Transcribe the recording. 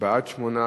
2 נתקבלו.